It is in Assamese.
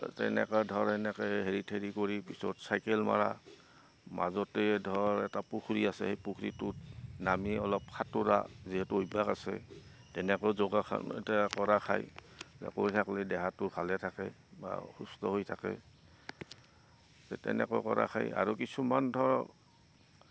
তেনেকৈ ধৰ এনেকৈ হেৰি কৰি কৰি পিছত চাইকেল মাৰা মাজতে ধৰ এটা পুখুৰী আছে সেই পুখুৰীটোত নামি অলপ সাঁতোৰা যিহেতু অভ্যাস আছে তেনেকৈ যোগাসন কৰা খায় কৰি থাকোঁতে দেহাটো ভালে থাকে বা সুস্থ হৈ থাকে তেনেকৈ কৰা খায় আৰু কিছুমান ধৰক